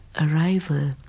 Arrival